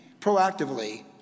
proactively